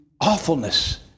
awfulness